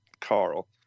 Carl